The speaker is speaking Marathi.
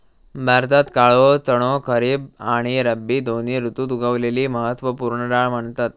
भारतात काळो चणो खरीब आणि रब्बी दोन्ही ऋतुत उगवलेली महत्त्व पूर्ण डाळ म्हणतत